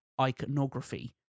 iconography